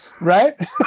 right